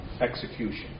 execution